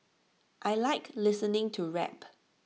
I Like listening to rap